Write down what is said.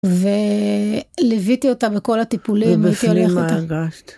ו... ליוויתי אותה בכל הטיפולים, הייתי הולכת איתה.